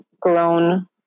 grown